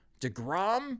DeGrom